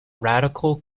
radical